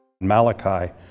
Malachi